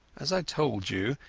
as i told you,